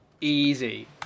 easy